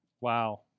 wow